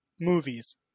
movies